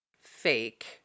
fake